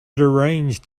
deranged